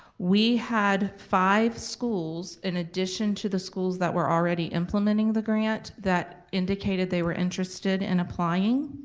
we had five schools, in addition to the schools that were already implementing the grant, that indicated they were interested in applying.